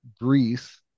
Grease